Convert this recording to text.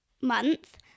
month